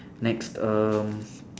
next um